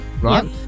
right